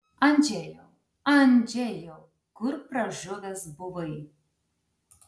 andžejau andžejau kur pražuvęs buvai